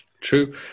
true